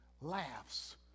laughs